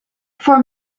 for